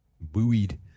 buoyed